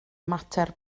mater